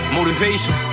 Motivation